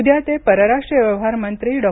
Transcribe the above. उद्या ते परराष्ट्र व्यवहार मंत्री डॉ